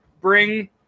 bring